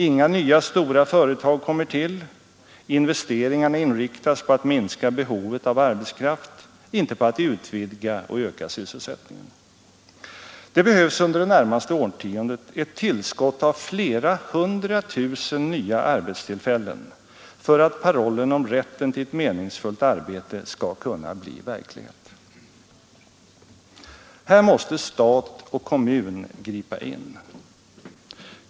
Inga nya stora företag kommer till. Investeringarna inriktas på att minska behovet av arbetskraft, inte på att utvidga och öka sysselsättningen. Det behövs under det närmaste årtiondet ett tillskott av flera hundra tusen nya arbetstillfällen för att parollen om rätten till ett meningsfullt arbete skall kunna bli verklighet. Här måste stat och kommun gripa in.